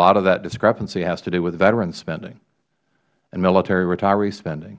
of that discrepancy has to do with veteran spending and military retiree spending